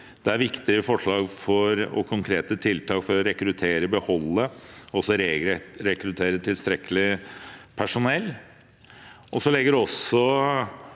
Det er viktige forslag og konkrete tiltak for å rekruttere, beholde og også rerekruttere tilstrekkelig personell.